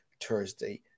Thursday